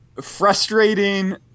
frustrating